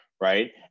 right